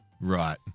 Right